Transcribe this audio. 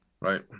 Right